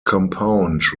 compound